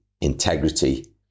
integrity